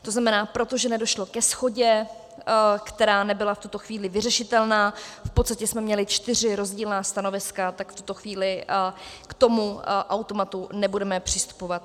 To znamená, protože nedošlo ke shodě, která nebyla v tuto chvíli vyřešitelná, v podstatě jsme měli čtyři rozdílná stanoviska, tak v tuto chvíli k tomu automatu nebudeme přistupovat.